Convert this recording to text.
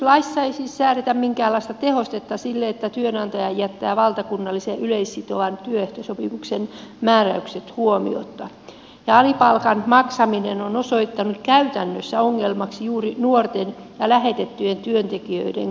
työsopimuslaissa ei siis säädetä minkäänlaista tehostetta sille että työnantaja jättää valtakunnallisen yleissitovan työehtosopimuksen määräykset huomiotta ja alipalkan maksaminen on osoittautunut käytännössä ongelmaksi juuri nuorten ja lähetettyjen työntekijöiden kohdalla